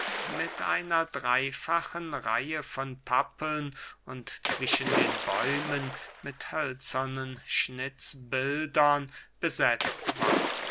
mit einer dreyfachen reihe von pappeln und zwischen den bäumen mit hölzernen schnitzbildern besetzt war